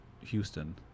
houston